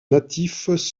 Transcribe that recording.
natifs